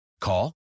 Call